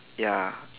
ya